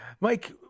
Mike